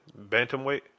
Bantamweight